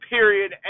Period